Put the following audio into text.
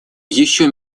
еще